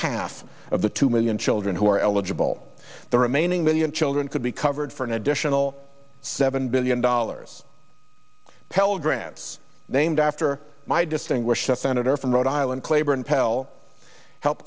half of the two million children who are eligible the remaining million children could be covered for an additional seven billion dollars pell grants named after my distinguished senator from rhode island claiborne pell help